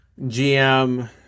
GM